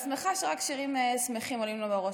אני שמחה שרק שירים שמחים עולים לו בראש,